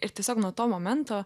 ir tiesiog nuo to momento